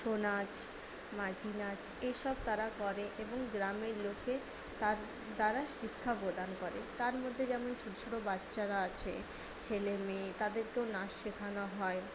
ছৌ নাছ মাঝি নাচ এইসব তারা করে এবং গ্রামের লোককে তার দ্বারা শিক্ষা প্রদান করে তার মধ্যে যেমন ছোটো ছোটো বাচ্চারা আছে ছেলে মেয়ে তাদেরকেও নাচ শেখানো হয়